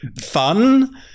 Fun